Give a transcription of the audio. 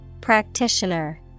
Practitioner